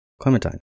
Clementine